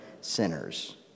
sinners